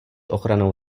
ochranou